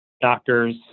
doctors